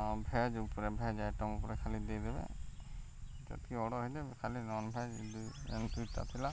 ଆଉ ଭେଜ୍ ଉପ୍ରେ veg item ଉପ୍ରେ ଖାଲି ଦେଇଦେବେ ଯେତ୍କି ଅର୍ଡ଼ର୍ ହେଇଛେ ଖାଲି ନନ୍ଭେଜ୍ ଇ ଯେନ୍ ଦୁଇଟା ଥିଲା